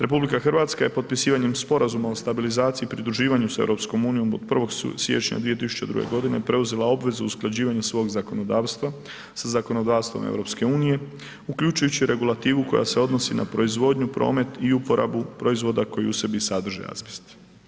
RH je potpisivanjem Sporazuma o stabilizaciji i pridruživanju s EU od 1. siječnja 2002. godine preuzela obvezu usklađivanja svog zakonodavstva sa zakonodavstvom EU, uključujući regulativu koja se odnosi na proizvodnju, promet i uporabu proizvoda koji u sebi sadrže azbest.